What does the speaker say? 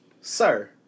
Sir